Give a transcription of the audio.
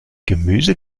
gemüse